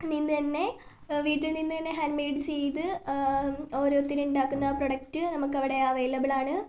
നിന്ന് തന്നെ വീട്ടിൽ നിന്നു തന്നെ ഹാൻഡ് മെയ്ഡ് ചെയ്ത് ഓരോരുത്തരുത്തരുണ്ടാക്കുന്ന പ്രോഡക്റ്റ് നമുക്കവിടെ അവൈലബിൾ ആണ്